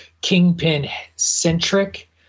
Kingpin-centric